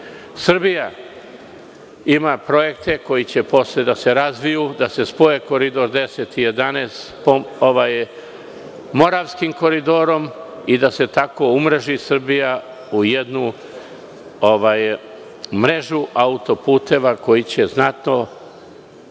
gradi. Srbija ima projekte koji će posle da se razviju da se spoje Koridor 10 i 11 Moravskim koridorom i da se tako umreži Srbija u jednu mrežu auto-puteva koji će znatno